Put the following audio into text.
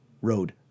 road